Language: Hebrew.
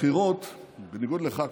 בניגוד אליך,